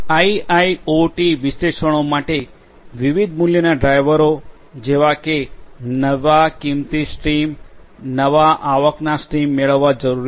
IIoT વિશ્લેષણો માટે વિવિધ મૂલ્યના ડ્રાઇવરો જેવા છે કે નવા કિંમતી સ્ટ્રીમ નવા આવકના સ્ટ્રીમ મેળવવા જરૂરી છે